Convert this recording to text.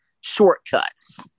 shortcuts